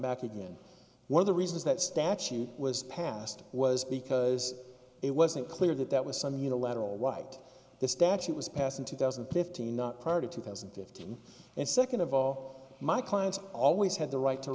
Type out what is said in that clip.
back again one of the reasons that statute was passed was because it wasn't clear that that was some unilateral white this statute was passed in two thousand and fifteen not part of two thousand and fifteen and second of all my clients always had the right to